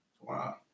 Wow